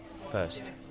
first